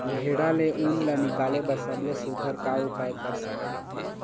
भेड़ा ले उन ला निकाले बर सबले सुघ्घर का उपाय कर सकथन?